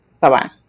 Bye-bye